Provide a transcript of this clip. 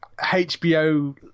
HBO